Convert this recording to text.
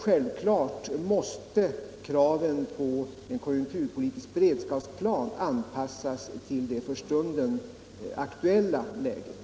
Självklart måste kraven på en konjunkturpolitisk beredskapsplan anpassas till det för stunden aktuella läget.